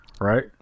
right